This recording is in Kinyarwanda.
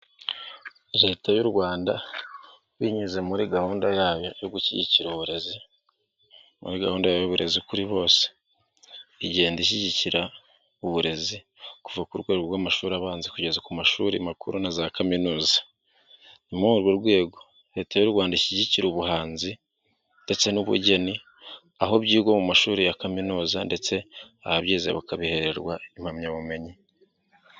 Leta y'u Rwanda binyuze muri gahunda yayo yo gushyigikira uburezi, muri gahunda y'uburezi kuri bose, igenda ishyigikira uburezi kuva ku rwego rw'amashuri abanza kugeza ku mashuri makuru na za kaminuza. Ni muri urwo rwego leta y'u Rwanda ishyigikira ubuhanzi ndetse n'ubugeni aho byiga mu mashuri ya kaminuza ndetse ababyize bakabihererwa impamyabumenyi.